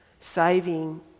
saving